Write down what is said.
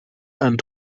and